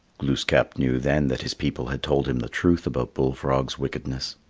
glooskap knew then that his people had told him the truth about bull frog's wickedness.